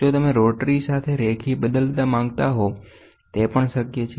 જો તમે રોટરી સાથે રેખીય બદલવા માંગતા હો તે પણ શક્ય છે